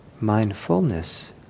Mindfulness